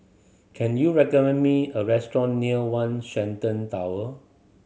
can you recommend me a restaurant near One Shenton Tower